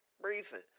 briefing